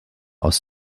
aus